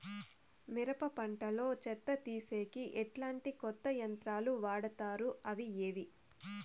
మిరప పంట లో చెత్త తీసేకి ఎట్లాంటి కొత్త యంత్రాలు వాడుతారు అవి ఏవి?